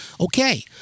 Okay